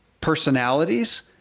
personalities